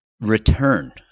return